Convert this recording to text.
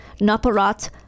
Naparat